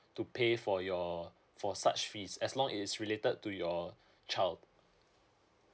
to pay for your for such fees as long it's related to your child